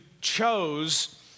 chose